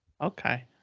Okay